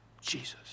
Jesus